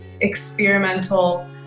experimental